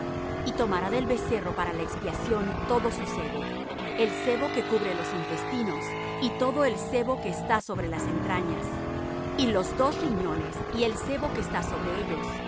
y tomará del becerro para la expiación todo su sebo el sebo que cubre los intestinos y todo el sebo que está sobre las entrañas y los dos riñones y el sebo que está sobre ellos